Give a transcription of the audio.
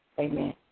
Amen